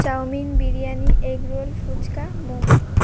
chowmein biryani egg roll phuchka momo